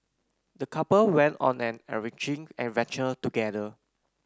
the couple went on an enriching adventure together